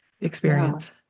experience